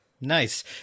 nice